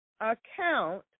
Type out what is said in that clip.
account